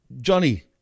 johnny